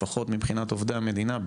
לפחות מבחינת המדינה,